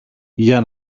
για